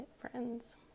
friends